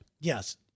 Yes